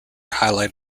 highlight